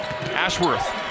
Ashworth